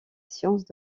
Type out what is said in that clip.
sciences